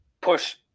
push